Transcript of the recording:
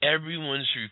Everyone's